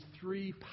three